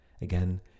again